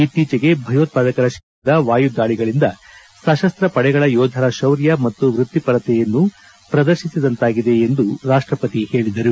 ಇತ್ತೀಚೆಗೆ ಭಯೋತ್ವಾದಕರ ಶಿಬಿರಗಳ ಮೇಲೆ ನಡೆದ ವಾಯು ದಾಳಿಗಳಿಂದ ಸಶಸ್ತ ಪಡೆಗಳ ಯೋಧರ ಶೌರ್ಯ ಮತ್ತು ವೃತ್ತಿಪರತೆಯನ್ನು ಪ್ರದರ್ಶಿಸಿದಂತಾಗಿದೆ ಎಂದು ರಾಷ್ಟಪತಿ ಹೇಳಿದರು